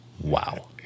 wow